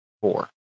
four